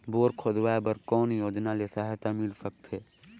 Bore खोदवाय बर कौन योजना ले सहायता मिल सकथे?